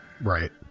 Right